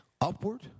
Upward